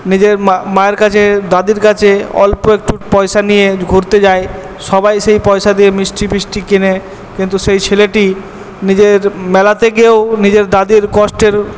নিজের মায়ের কাছে দাদির কাছে অল্প একটু পয়সা নিয়ে ঘুরতে যায় সবাই সেই পয়সা দিয়ে মিষ্টি ফিষ্টি কেনে কিন্তু সেই ছেলেটি নিজের মেলাতে গিয়েও নিজের দাদির কষ্টের